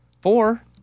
Four